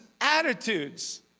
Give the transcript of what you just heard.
attitudes